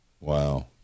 Wow